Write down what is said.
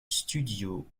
studios